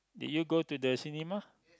did you go to the cinema